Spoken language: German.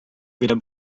weder